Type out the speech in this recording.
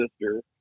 sister